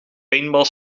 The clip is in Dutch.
paintball